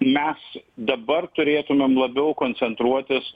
mes dabar turėtumėm labiau koncentruotis